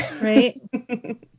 Right